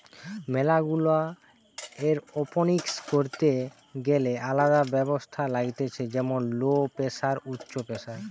ম্যালা গুলা এরওপনিক্স করিতে গ্যালে আলদা ব্যবস্থা লাগতিছে যেমন লো প্রেসার, উচ্চ প্রেসার